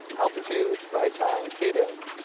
altitude, ride time, cadence,